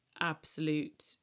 absolute